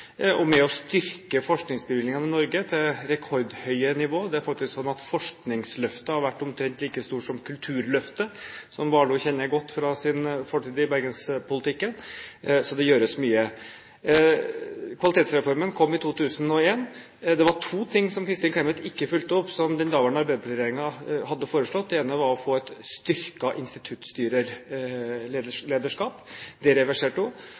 og med å styrke forskningsbevilgningene i Norge til rekordhøye nivåer. Det er faktisk sånn at forskningsløftet har vært omtrent like stort som Kulturløftet, som Warloe kjenner godt fra sin fortid i bergenspolitikken, så det gjøres mye. Kvalitetsreformen kom i 2001. Det var to ting som Kristin Clemet ikke fulgte opp, som den daværende arbeiderpartiregjeringen hadde foreslått. Det ene var å få et styrket instituttstyrerlederskap – det reverserte hun.